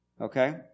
Okay